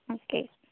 okay